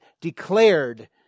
declared